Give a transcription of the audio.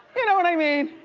you know what i mean?